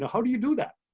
how do you do that?